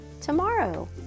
tomorrow